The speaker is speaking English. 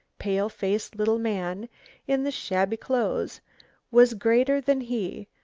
pale-faced little man in the shabby clothes was greater than he,